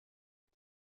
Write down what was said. een